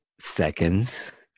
seconds